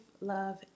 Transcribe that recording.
love